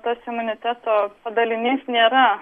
tas imuniteto padalinys nėra